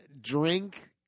drink